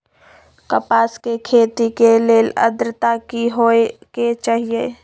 कपास के खेती के लेल अद्रता की होए के चहिऐई?